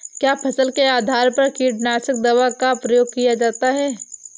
क्या फसल के आधार पर कीटनाशक दवा का प्रयोग किया जाता है?